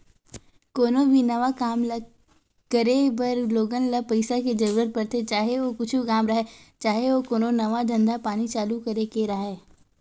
कोनो भी नवा काम ल करे बर लोगन ल पइसा के जरुरत पड़थे, चाहे ओ कुछु काम राहय, चाहे ओ कोनो नवा धंधा पानी चालू करे के राहय